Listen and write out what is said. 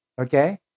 okay